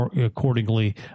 accordingly